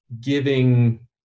giving